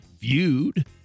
viewed